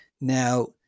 Now